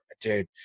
dude